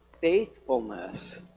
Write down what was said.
faithfulness